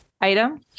item